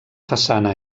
façana